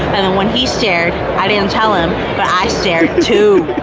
and then when he stared, i didnt tell him but i stared too,